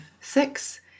six